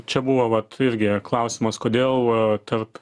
čia buvo vat irgi klausimas kodėl tarp